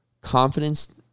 Confidence